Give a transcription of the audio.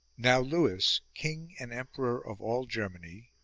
now lewis, king and emperor of all ger many,